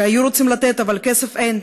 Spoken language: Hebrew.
שהיו רוצים לתת אבל כסף אין,